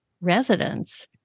residents